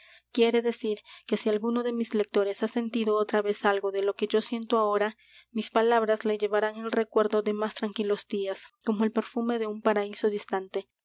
quiere decir que si alguno de mis lectores ha sentido otra vez algo de lo que yo siento ahora mis palabras le llevarán el recuerdo de más tranquilos días como el perfume de un paraíso distante